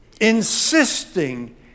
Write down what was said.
insisting